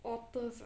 otters ah